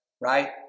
right